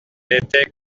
était